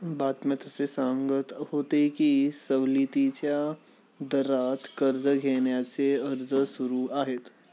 बातम्यात असे सांगत होते की सवलतीच्या दरात कर्ज घेण्याचे अर्ज सुरू आहेत